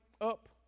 up